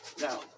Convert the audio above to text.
now